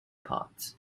parts